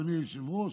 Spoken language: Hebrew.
אדוני היושב-ראש,